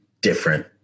different